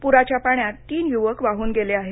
पुराच्या पाण्यात तीन य्वक वाहन गेले आहेत